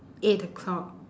eight o'clock